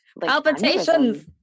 palpitations